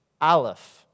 Aleph